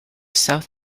south